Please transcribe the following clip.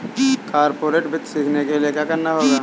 corporate वित्त सीखने के लिया क्या करना होगा